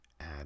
add